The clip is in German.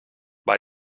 bei